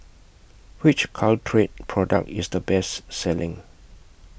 Which Caltrate Product IS The Best Selling